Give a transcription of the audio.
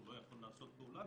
הוא לא יכול לעשות פעולה,